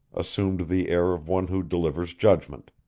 assumed the air of one who delivers judgment.